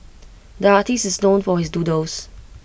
the artist is known for his doodles